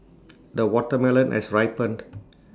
the watermelon has ripened